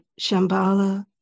Shambhala